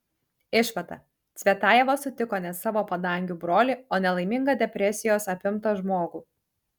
išvada cvetajeva sutiko ne savo padangių brolį o nelaimingą depresijos apimtą žmogų